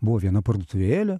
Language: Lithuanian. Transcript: buvo viena parduotuvėlė